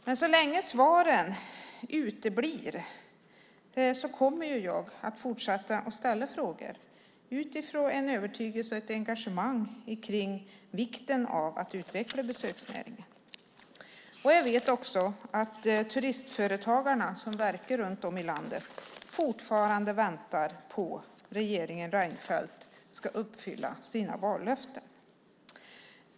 Men så länge svaren uteblir kommer jag att fortsätta att ställa frågor utifrån en övertygelse om och ett engagemang för vikten av att utveckla besöksnäringen. Jag vet också att turistföretagarna, som verkar runt om i landet, fortfarande väntar på att regeringen Reinfeldt ska uppfylla sina vallöften.